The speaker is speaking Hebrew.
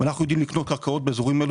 אנחנו יודעים לקנות קרקעות באזורים האלה